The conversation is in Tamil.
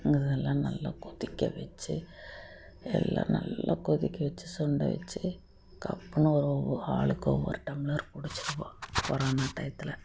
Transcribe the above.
இதெல்லாம் நல்லா கொதிக்க வச்சு எல்லாம் நல்லா கொதிக்க வச்சு சுண்டை வச்சு கப்புன்னு ஒ ஒரு ஆளுக்கு ஒவ்வொரு டம்ளர் குடிச்சிவிடுவோம் கொரோனா டையத்தில்